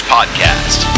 Podcast